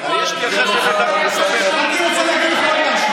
אני רוצה לענות לו רק על זה.